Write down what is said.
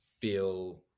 feel